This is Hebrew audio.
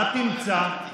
מה תמצא?